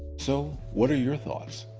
so, what are your thoughts?